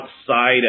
outside